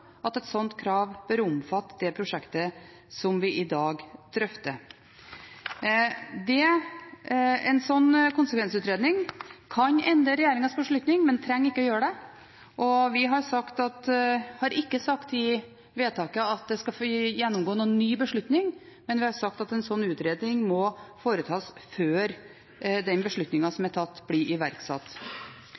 at et slikt krav bør omfatte det prosjektet som vi i dag drøfter. En slik konsekvensutredning kan endre regjeringens beslutning, men trenger ikke gjøre det, og vi har ikke sagt i vedtaket at det skal få gjennomgå noen ny beslutning, men vi har sagt at en slik utredning må foretas før den beslutningen som er tatt, blir iverksatt.